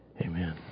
Amen